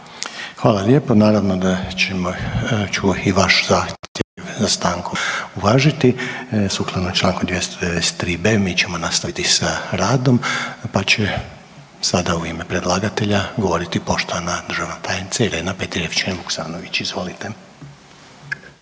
Hvala lijepo. Naravno da ćemo i vaš zahtjev za stankom uvažiti. Sukladno čl. 293.b. mi ćemo nastaviti sa radom, pa će sada u ime predlagatelja govoriti poštovana državna tajnica Irena Petrijevčanin Vuksanović, izvolite.